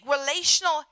relational